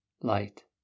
light